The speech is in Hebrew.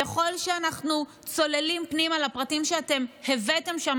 ככל שאנחנו צוללים פנימה לפרטים שאתם הבאתם שם,